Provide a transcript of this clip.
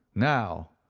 now,